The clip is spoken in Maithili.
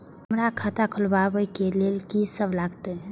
हमरा खाता खुलाबक लेल की सब लागतै?